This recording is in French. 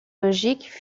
logique